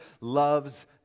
loves